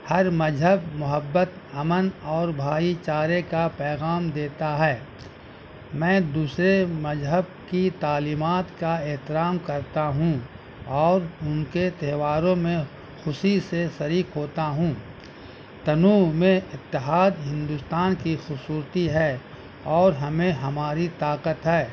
ہر مذہب محبت امن اور بھائی چارے کا پیغام دیتا ہے میں دوسرے مذہب کی تعلیمات کا احترام کرتا ہوں اور ان کے تہواروں میں خوشی سے شریک ہوتا ہوں تنوع میں اتحاد ہندوستان کی خوبصورتی ہے اور ہمیں ہماری طاقت ہے